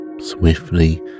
Swiftly